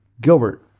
Gilbert